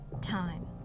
time